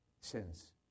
sins